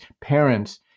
parents